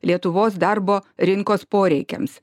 lietuvos darbo rinkos poreikiams